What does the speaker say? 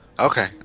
Okay